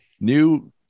new